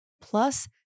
plus